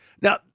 Now